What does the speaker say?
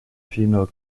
female